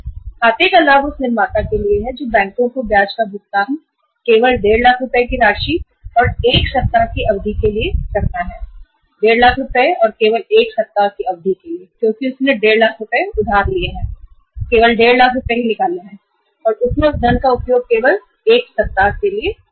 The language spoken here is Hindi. तो इस खाते की ख़ासियत यह है कि निर्माता को बैंक को केवल 15 लाख रुपए पर ही ब्याज देना होगा वह भी मात्र 1 सप्ताह के लिए क्योंकि उसने केवल 15 लाख रुपए ही निकाले और उसने इस राशि का उपयोग केवल 1 सप्ताह के लिए किया